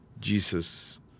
Jesus